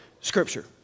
Scripture